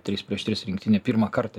trys prieš tris rinktinė pirmą kartą